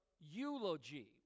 eulogy